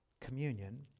communion